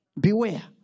Beware